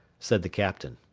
said the captain.